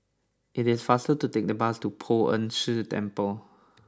it is faster to take the bus to Poh Ern Shih Temple